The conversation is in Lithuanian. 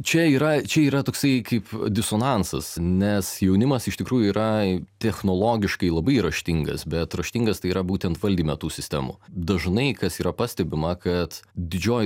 čia yra čia yra toksai kaip disonansas nes jaunimas iš tikrųjų yra technologiškai labai raštingas bet raštingas tai yra būtent valdyme tų sistemų dažnai kas yra pastebima kad didžioji